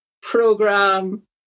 program